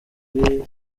n’iyihe